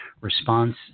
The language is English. response